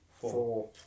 Four